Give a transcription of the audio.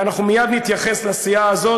ואנחנו מייד נתייחס לסיעה הזאת,